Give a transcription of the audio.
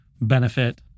benefit